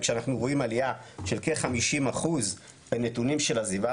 וכשאנחנו רואים עלייה של כ-50% בנתונים על עזיבה,